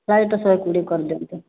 price ଟା ଶହେ କୋଡ଼ିଏ କରିଦିଅନ୍ତୁ